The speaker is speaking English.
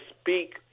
speak